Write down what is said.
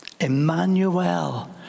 Emmanuel